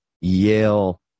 Yale